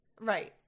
right